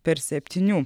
per septynių